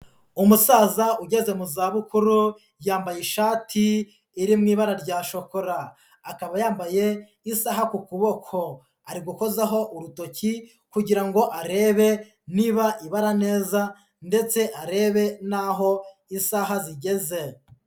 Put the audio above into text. Umusaza ugeze mu zabukuru yambaye ishati iri mu ibara rya shokora, akaba yambaye isaha ku kuboko, ari gukozaho urutoki kugira ngo arebe niba ibara neza ndetse arebe n'aho isaha zigeze.